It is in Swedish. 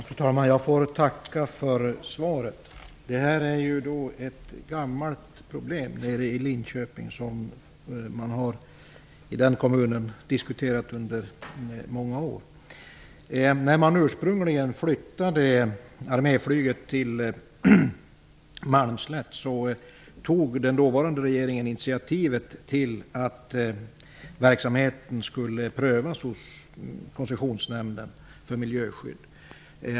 Fru talman! Jag får tacka för svaret. Detta är ett gammalt problem. I Linköping har man diskuterat det under många år. Malmslätt tog den dåvarande regeringen initiativ till att verksamheten skulle prövas hos Koncessionsnämnden för miljöskydd.